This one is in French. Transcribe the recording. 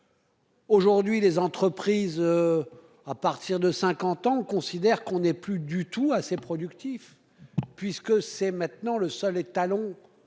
Aujourd'hui les entreprises. À partir de 50 ans, considère qu'on est plus du tout assez productifs. Puisque c'est maintenant le seul étalon